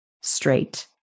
straight